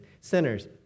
sinners